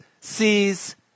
sees